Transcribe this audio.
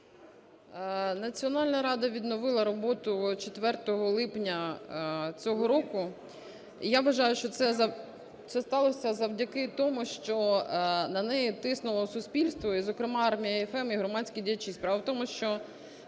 Національна рада відновила роботу 4 липня цього року. Я вважаю, що це сталося завдяки тому, що на неї тиснуло суспільство, і, зокрема, "Армія FМ", і громадські діячі. Справа в тому, що